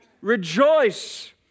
Rejoice